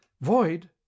Void